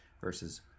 versus